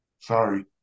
Sorry